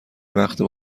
وقتی